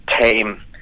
tame